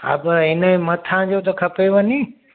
हा त इनजे मथां जो त खपेव नी